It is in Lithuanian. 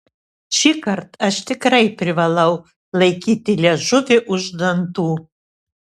šįkart aš tikrai privalau laikyti liežuvį už dantų